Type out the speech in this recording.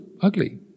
ugly